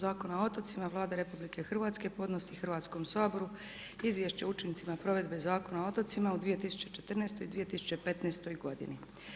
Zakona o otocima Vlada RH podnosi Hrvatskom saboru Izvješće o učincima provedbe Zakona o otocima u 2014. i 2015. godini.